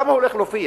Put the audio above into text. למה הוא הולך להופיע?